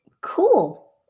Cool